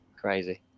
crazy